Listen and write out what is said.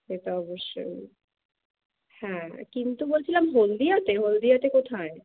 সে তো অবশ্যই হ্যাঁ কিন্তু বলছিলাম হলদিয়াতে হলদিয়াতে কোথায়